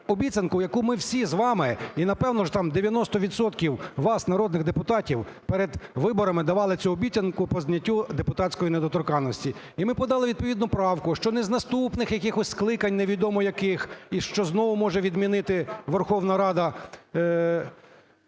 обіцянку, яку ми всі з вами і, напевно ж, там 90 відсотків вас народних депутатів перед виборами давали цю обіцянку по зняттю депутатської недоторканності. І ми подали відповідну правку, що не з наступних якихось скликань, невідомо яких, і що знову може відмінити Верховна Рада